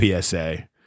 PSA